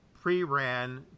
pre-ran